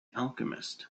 alchemist